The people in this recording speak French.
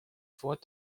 voix